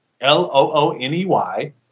L-O-O-N-E-Y